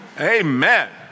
Amen